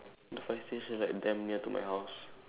the fire station is like damn near to my house